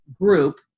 group